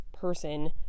person